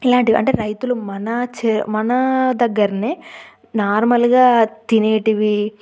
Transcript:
ఇలాంటివి అంటే రైతులు మన చే మనా దగ్గరనే నార్మల్గా తినేటివి